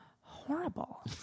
Horrible